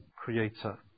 creator